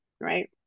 right